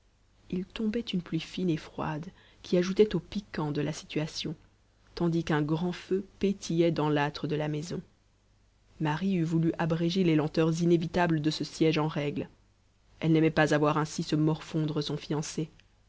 il tombait une pluie fine et froide qui ajoutait au piquant de la situation tandis qu'un grand feu pétillait dans l'âtre de la maison marie eût voulu abréger les lenteurs inévitables de ce siège en règle elle n'aimait pas à voir ainsi se morfondre son fiancé